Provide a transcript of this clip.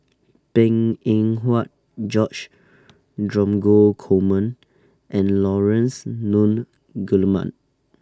Png Eng Huat George Dromgold Coleman and Laurence Nunns Guillemard